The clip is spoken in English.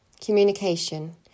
communication